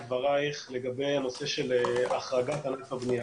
דברייך לגבי הנושא של החרגת ענף הבנייה.